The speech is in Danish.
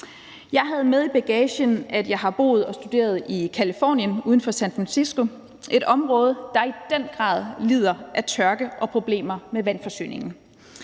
Jeg havde med i bagagen, at jeg har boet og studeret i Californien uden for San Francisco – et område, der i den grad lider af tørke og problemer med vandforsyningen.